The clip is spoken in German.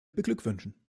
beglückwünschen